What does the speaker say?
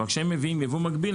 אבל כשהם מביאים ייבוא מקביל,